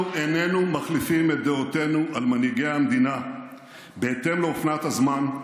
אנחנו איננו מחליפים את דעותינו על מנהיגי המדינה בהתאם לאופנת הזמן,